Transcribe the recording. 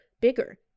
bigger